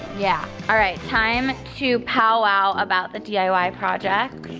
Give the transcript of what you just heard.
yeah all right time to pow wow about the diy project.